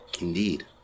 Indeed